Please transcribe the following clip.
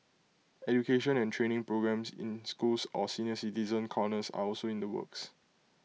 education and training programmes in schools or senior citizen corners are also in the works